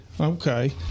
Okay